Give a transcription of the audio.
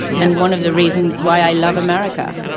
and one of the reasons why i love america.